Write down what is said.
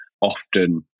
often